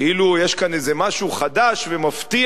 כאילו יש כאן איזה משהו חדש ומפתיע,